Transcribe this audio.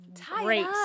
great